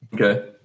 Okay